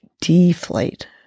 deflate